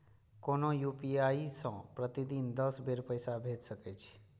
कोनो यू.पी.आई सं प्रतिदिन दस बेर पैसा भेज सकै छी